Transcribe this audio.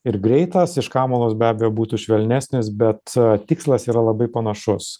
ir greitas iš kamalos be abejo būtų švelnesnis bet tikslas yra labai panašus